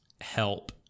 help